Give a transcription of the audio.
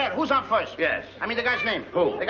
who's on first? yes i mean the guy's name. who.